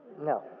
No